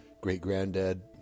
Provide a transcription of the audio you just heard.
great-granddad